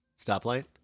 stoplight